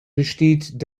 besteht